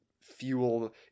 fuel